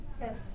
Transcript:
Yes